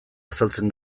azaltzen